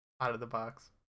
Out-of-the-box